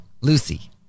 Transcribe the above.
Lucy